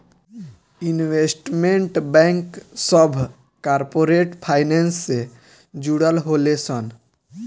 investment bank सभ corporate finance से जुड़ल होले सन